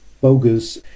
bogus